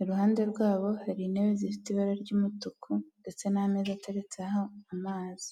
iruhande rwabo hari intebe zifite ibara ry'umutuku ndetse n'ameza ateretseho amazi.